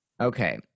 Okay